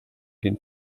den